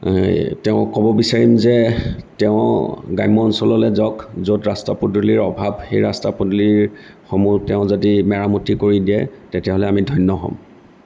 তেওঁ ক'ব বিচাৰিম যে তেওঁ গ্ৰাম্য অঞ্চললৈ যাওক য'ত ৰাস্তা পদূলিৰ অভাৱ সেই ৰাস্তা পদূলিসমূহ তেওঁ যদি মেৰামতি কৰি দিয়ে তেতিয়াহ'লে আমি ধন্য হ'ম